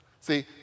See